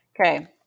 okay